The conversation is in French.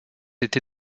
été